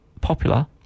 popular